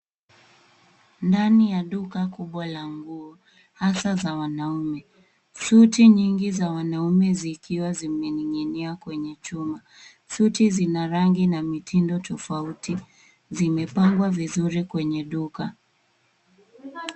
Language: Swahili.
Ndani ya duka kubwa la nguo, hasa za wanaume. Suti nyingi za wanaume zikiwa zimening'inia kwenye chuma. Suti zina rangi na mitindo tofauti. Zimepangwa vizuri kwenye duka.